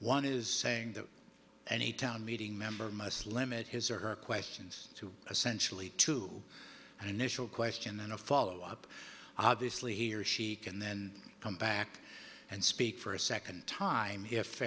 one is saying that any town meeting member must limit his or her questions to essentially to an initial question then a follow up obviously he or she can then come back and speak for a second time if